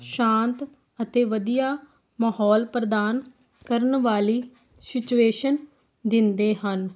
ਸ਼ਾਂਤ ਅਤੇ ਵਧੀਆ ਮਾਹੌਲ ਪ੍ਰਦਾਨ ਕਰਨ ਵਾਲੀ ਸਿਚੁਏਸ਼ਨ ਦਿੰਦੇ ਹਨ